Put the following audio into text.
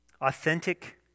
Authentic